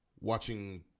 Watching